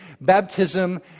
baptism